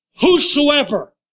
Whosoever